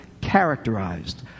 characterized